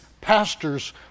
pastors